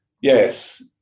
yes